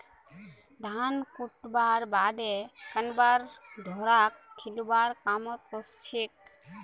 धान कुटव्वार बादे करवान घोड़ाक खिलौव्वार कामत ओसछेक